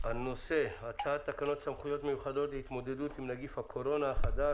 הנושא: הצעת תקנות סמכויות מיוחדות להתמודדות עם נגיף הקורונה החדש